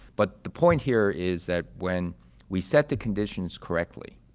but the point here is that when we set the conditions correctly,